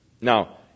Now